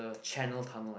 the channel tunnel